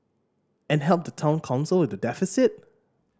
and help the Town Council with the deficit